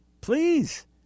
please